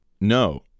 no